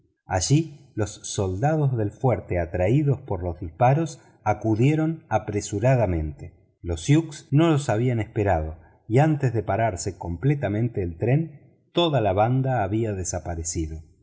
allí los soldados del fuerte atraídos por los disparos acudieron apresuradamente los sioux no los habían esperado y antes de pararse completamente el tren toda la banda había desaparecido